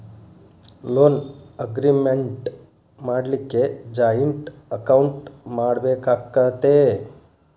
Loan agreement ಮಾಡ್ಲಿಕ್ಕೆ joint account ಮಾಡ್ಬೆಕಾಕ್ಕತೇ?